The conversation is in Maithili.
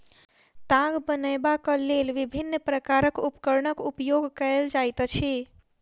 ताग बनयबाक लेल विभिन्न प्रकारक उपकरणक उपयोग कयल जाइत अछि